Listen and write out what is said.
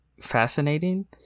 fascinating